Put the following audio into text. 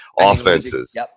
offenses